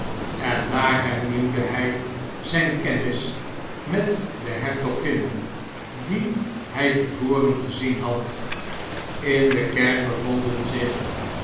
en daar hernieuwde hy zynkennis met de hertogin die h te voren gezien bad in de kerk bevonden zich